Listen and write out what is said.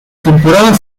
temporada